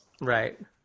right